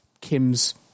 Kim's